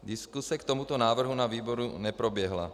Diskuse k tomuto návrhu na výboru neproběhla.